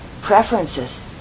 preferences